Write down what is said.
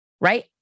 right